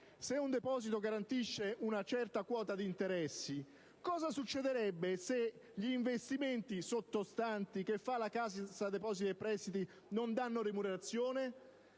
Se un deposito garantisce una certa quota di interessi, cosa succede se gli investimenti sottostanti che la Cassa depositi e prestiti effettua non danno remunerazione?